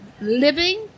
living